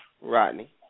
Rodney